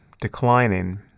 declining